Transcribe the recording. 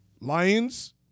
Lions